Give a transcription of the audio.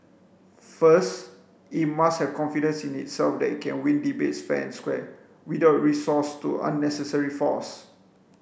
first it must have confidence in itself that it can win debates fair and square without recourse to unnecessary force